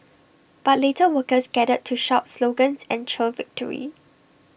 but later workers gathered to shout slogans and cheer victory